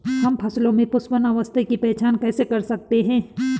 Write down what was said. हम फसलों में पुष्पन अवस्था की पहचान कैसे करते हैं?